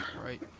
right